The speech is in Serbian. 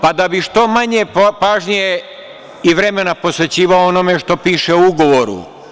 Pa, da bi što manje pažnje i vremena posvećivao onome što piše u ugovoru.